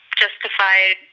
justified